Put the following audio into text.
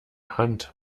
hand